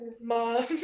mom